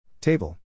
Table